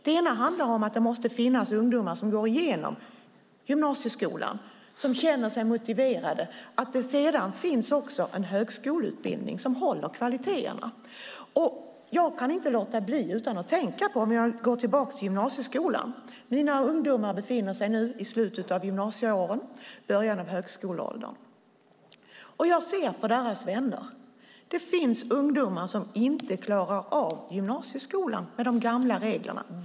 Det ena handlar om att det måste finnas ungdomar som går igenom gymnasieskolan och känner sig motiverade och att det sedan också finns en högskoleutbildning som håller kvaliteten. Jag kan inte låta bli att tänka på hur det är i gymnasieskolan. Mina ungdomar befinner sig nu i slutet av gymnasieåren och början av högskoleåldern. Jag ser på deras vänner. Det finns ungdomar som inte klarar av gymnasieskolan med de gamla reglerna.